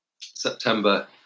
September